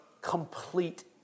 complete